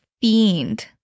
fiend